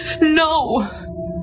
no